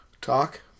talk